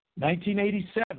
1987